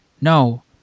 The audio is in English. no